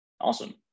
Awesome